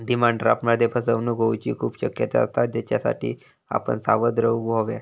demand ड्राफ्टमध्ये फसवणूक होऊची खूप शक्यता असता, त्येच्यासाठी आपण सावध रेव्हूक हव्या